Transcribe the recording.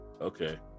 okay